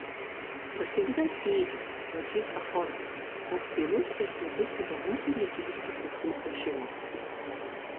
prasideda tyliai plačiais akordais koks tylus ir platus yra mūsų lietuviškų pušų ošimas